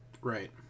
right